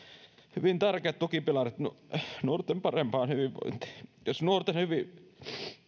hyvin tärkeät tukipilarit nuorten parempaan hyvinvointiin jos nuorten